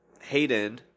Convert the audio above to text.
Hayden